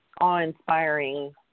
awe-inspiring